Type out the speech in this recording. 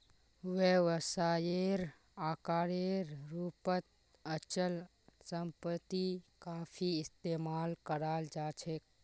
व्यवसायेर आकारेर रूपत अचल सम्पत्ति काफी इस्तमाल कराल जा छेक